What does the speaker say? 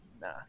nah